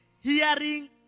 hearing